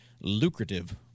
lucrative